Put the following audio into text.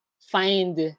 find